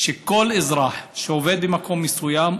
שכל אזרח שעובד במקום מסוים,